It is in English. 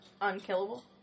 unkillable